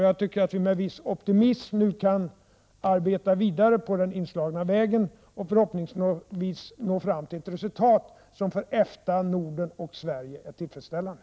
Jag tycker att vi med viss optimism nu kan arbeta vidare på den inslagna vägen och förhoppningsvis nå fram till ett resultat som för EFTA, Norden och Sverige är tillfredsställande.